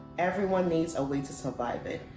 everyone needs a way to survive it,